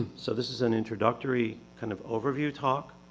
so this is an introductory kind of overview talk.